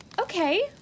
Okay